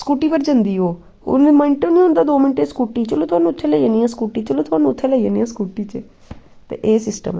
scooty पर जंदी ओह् करदी स्कूटी पर जंदी ओह् ओनू मैंट नी होंदा दो मैंट च स्कूटी चलो तोहानू उत्थें लेई जन्नी आं स्कूटी चलो थोआनू उत्थें लेई जन्नी आं स्कूटी च ते एह् सिस्टम ऐ